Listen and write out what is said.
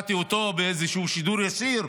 שמעתי אותו באיזשהו שידור ישיר,